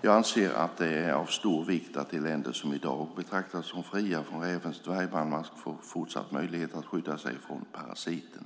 Jag anser att det är av stor vikt att de länder som i dag betraktas som fria från rävens dvärgbandmask får fortsatt möjlighet att skydda sig från parasiten.